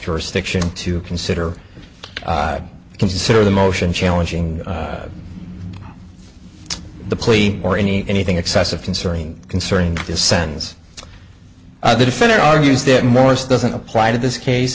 jurisdiction to consider consider the motion challenging the plea or any anything excessive concerning concerning his sentence the defendant argues that morris doesn't apply to this case